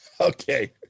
Okay